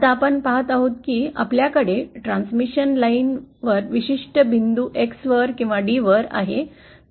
आता आपण पाहत आहोत की आपल्याकडे विशिष्ट बिंदू X किंवा d वर आपली ट्रान्समिशन लाइन आहे